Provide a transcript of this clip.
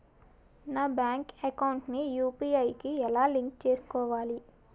నా bank account ని UPI కి ఎలా లింక్ చేసుకోవాలి?